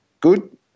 good